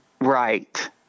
Right